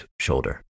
shoulder